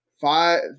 five